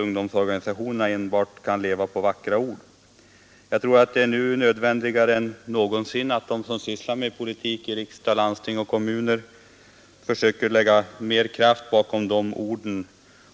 Ungdomsorganisationerna kan dock inte leva enbart på vackra ord, utan det är nu mer nödvändigt än någonsin att de som sysslar med politik i riksdag, landsting och kommuner försöker lägga mer kraft bakom sina ord